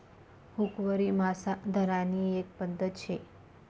हुकवरी मासा धरानी एक पध्दत शे